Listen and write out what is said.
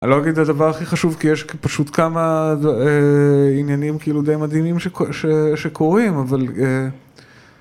אני לא אגיד את הדבר הכי חשוב, כי יש פשוט כמה עניינים כאילו די מדהימים שקורים, אבל...